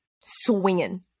swinging